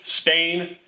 Spain